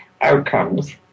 outcomes